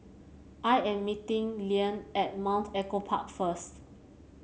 I am meeting Liane at Mount Echo Park first